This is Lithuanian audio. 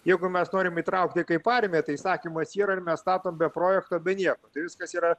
jeigu mes norim įtraukti kaip armiją tai įsakymas yra ir mes statom be projekto be nieko tai viskas yra